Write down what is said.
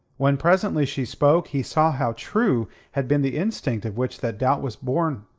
when presently she spoke, he saw how true had been the instinct of which that doubt was born,